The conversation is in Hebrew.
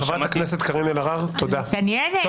חברת הכנסת אלהרר, תודה.